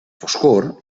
foscor